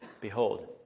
Behold